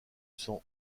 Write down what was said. sang